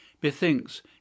Bethinks